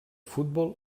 futbol